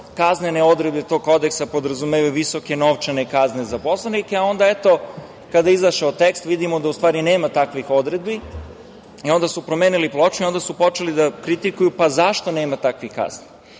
kaznene odredbe tog kodeksa podrazumevaju visoke novčane kazne za poslanike, a onda, kada je izašao tekst, vidimo da u stvari nema takvih odredbi i onda su promenili ploču i onda su počeli da kritikuju – pa, zašto nema takvih